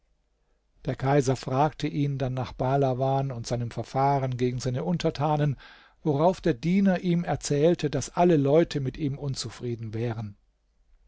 der kaiser fragte ihn dann nach bahlawan und seinem verfahren gegen seine untertanen worauf der diener ihm erzählte daß alle leute mit ihm unzufrieden wären